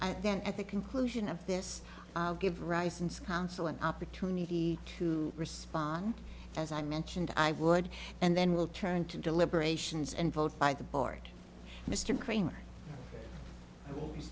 and then at the conclusion of this give rise and counsel an opportunity to respond as i mentioned i would and then will turn to deliberations and vote by the board mr kramer